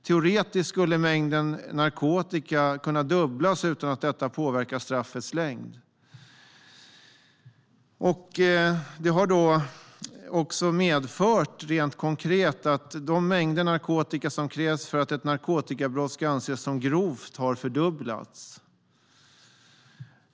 Teoretiskt skulle mängden narkotika kunna dubblas utan att detta påverkar straffets längd. Det har rent konkret medfört att de mängder narkotika som krävs för att ett narkotikabrott ska anses som grovt har fördubblats.